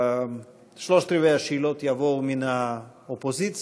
שלושת רבעי השאלות יבואו מן האופוזיציה,